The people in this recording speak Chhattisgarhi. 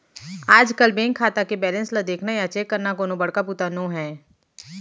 आजकल बेंक खाता के बेलेंस ल देखना या चेक करना कोनो बड़का बूता नो हैय